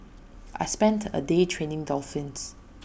I spent A day training dolphins